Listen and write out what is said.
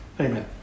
Amen